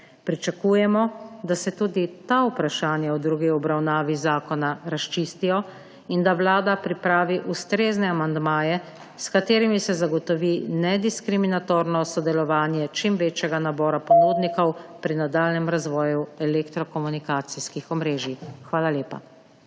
Pričakujemo, da se tudi ta vprašanja v drugi obravnavi zakona razčistijo in da vlada pripravi ustrezne amandmaje, s katerimi se zagotovi nediskriminatorno sodelovanje čim večjega nabora ponudnikov pri nadaljnjem razvoju elektrokomunikacijskih omrežij. Hvala lepa.